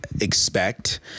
expect